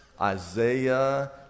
Isaiah